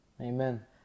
Amen